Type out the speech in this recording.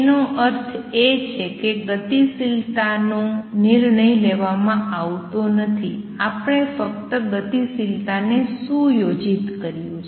એનો અર્થ એ છે કે ગતિશીલતા નો નિર્ણય લેવામાં આવતો નથી આપણે ફક્ત ગતિશીલતા ને સુયોજિત કર્યું છે